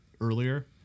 earlier